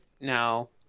no